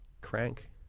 crank